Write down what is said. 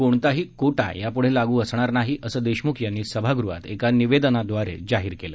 कोणताही कोटा याप्ढे क्ठेही लाग् असणार नाही असं देशम्ख यांनी सभागृहात एका निवेदनाद्वारे जाहीर केलं